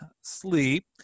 sleep